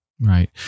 Right